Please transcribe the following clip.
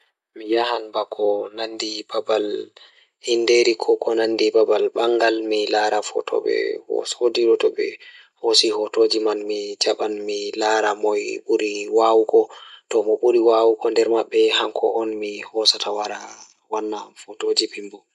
Mi yahan ba ko nanndi babal mi waɗataa waawi soodude ngal baɗɗo e gite gandal, wuro ngal, e kajam ngurndan. Miɗo waawataa njiddaade njam ngal person ngal o waɗa njiddaade ngal goɗɗo goɗɗo sabu kamɓe njiddaade fiyaangu ngoni heewugol fiyaangu sabu ɓernde nguurndam ngal.